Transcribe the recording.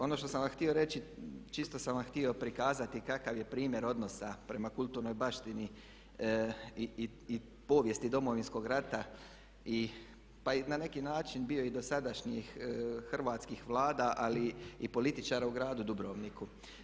Ono što sam vam htio reći, čisto sam vam htio prikazati kakav je primjer odnosa prema kulturnoj baštini i povijesti Domovinskog rata i, pa i na neki način bio i dosadašnjih hrvatskih vlada ali i političara u gradu Dubrovniku.